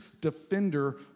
defender